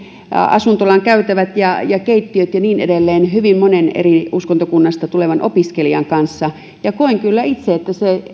asuntolan käytävät ja keittiöt ja niin edelleen hyvin monen eri uskontokunnasta tulevan opiskelijan kanssa ja koen kyllä itse että se